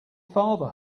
father